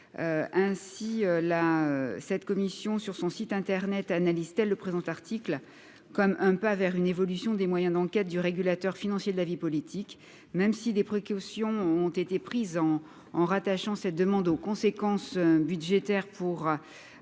ainsi la cette commission sur son site Internet, analyse-t-elle le présent article comme un peu à vers une évolution des moyens d'enquête du régulateur financier de la vie politique, même si des précautions ont été prises en en rattachant cette demande aux conséquences budgétaires pour